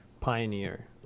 Pioneer